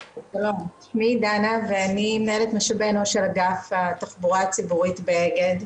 שמי דנה ואני מנהלת משאבי אנוש של אגף התחבורה הציבורית באגד.